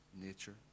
nature